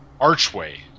Archway